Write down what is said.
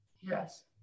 Yes